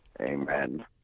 Amen